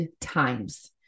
times